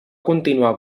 continuar